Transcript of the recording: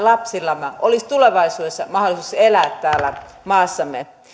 lapsillamme olisi tulevaisuudessa mahdollisuus elää täällä maassamme